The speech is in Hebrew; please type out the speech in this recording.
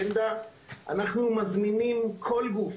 ואם זה הכיבוי,